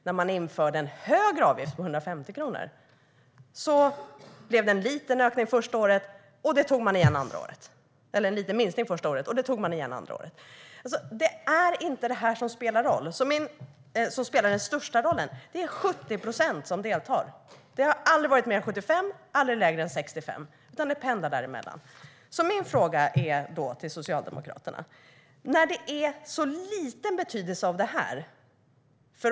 När man införde en högre avgift på 150 kronor blev det en liten minskning det första året, och det tog man igen det andra året. Det är inte detta som spelar den största rollen. Det är 70 procent som deltar. Det har aldrig varit mer än 75 och aldrig lägre än 65 procent, utan det pendlar däremellan. Mina frågor till Socialdemokraterna är följande. Det har en så liten be-tydelse.